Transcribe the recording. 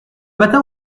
matin